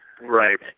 Right